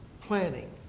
Planning